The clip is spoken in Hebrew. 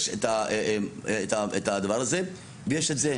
יש את הדבר הזה ויש את זה,